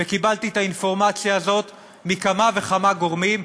קיבלתי את האינפורמציה הזאת מכמה וכמה גורמים,